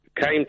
came